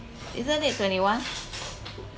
isn't it twenty one